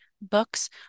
books